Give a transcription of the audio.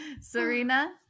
Serena